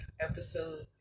Episode